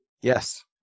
Yes